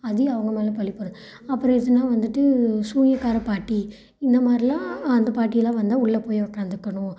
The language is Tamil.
அதையும் அவங்க மேலே பழி போடுறது அப்புறம் எதுனா வந்துவிட்டு சூனியக்கார பாட்டி இந்த மாதிரிலாம் அந்த பாட்டியெல்லாம் வந்தால் உள்ளே போய் உக்கார்ந்துக்கணும்